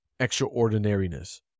extraordinariness